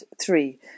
three